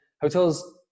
hotels